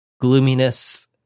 gloominess